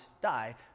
die